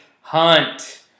Hunt